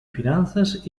finanzas